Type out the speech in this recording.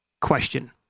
question